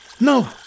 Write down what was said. No